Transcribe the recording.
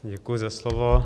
Děkuji za slovo.